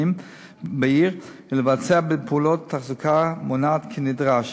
בעיר ולבצע פעולות תחזוקה מונעת כנדרש.